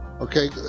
Okay